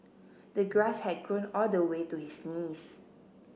the grass had grown all the way to his knees